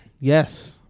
yes